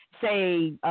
say